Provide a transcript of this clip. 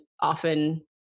often